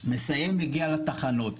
מסיים ומגיע לתחנות.